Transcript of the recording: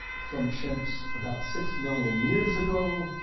from chimps about six million years ago,